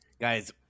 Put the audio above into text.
guys